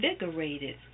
invigorated